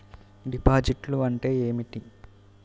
డిపాజిట్లు అంటే ఏమిటి?